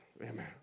Amen